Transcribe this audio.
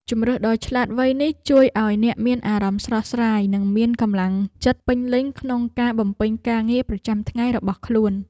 ជម្រើសដ៏វៃឆ្លាតនេះជួយឱ្យអ្នកមានអារម្មណ៍ស្រស់ស្រាយនិងមានកម្លាំងចិត្តពេញលេញក្នុងការបំពេញការងារប្រចាំថ្ងៃរបស់ខ្លួន។